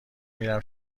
میرم